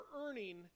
earning